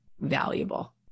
valuable